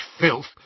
filth